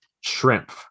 Shrimp